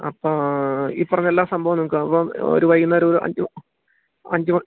അപ്പം ഈ പറഞ്ഞ എല്ലാ സംഭവങ്ങളും അപ്പം ഒരു വൈകുന്നേരം ഒരു അഞ്ച് അഞ്ച്